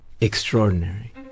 extraordinary